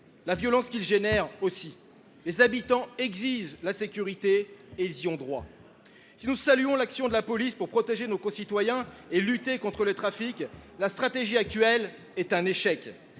la violence qu’il suscite. Les habitants exigent la sécurité, et ils y ont droit. Si nous saluons l’action de la police pour protéger nos concitoyens et lutter contre le trafic, la stratégie actuelle est un échec.